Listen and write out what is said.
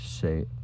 say